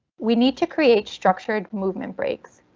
we need to create structured movement breaks.